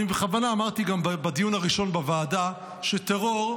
אני בכוונה אמרתי גם בדיון הראשון בוועדה שטרור,